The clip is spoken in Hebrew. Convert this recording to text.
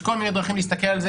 יש כל מיני דרכים להסתכל על זה.